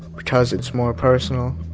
because it's more personal.